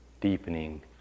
deepening